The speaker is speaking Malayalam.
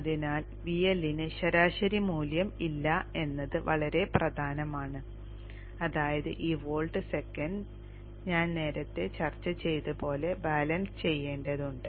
അതിനാൽ VL ന് ശരാശരി മൂല്യം ഇല്ല എന്നത് വളരെ പ്രധാനമാണ് അതായത് ഈ വോൾട്ട് സെക്കൻഡ് ഞാൻ നേരത്തെ ചർച്ച ചെയ്തതുപോലെ ബാലൻസ് ചെയ്യേണ്ടതുണ്ട്